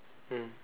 mm